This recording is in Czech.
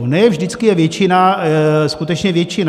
Ne vždycky je většina skutečně většina.